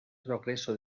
progreso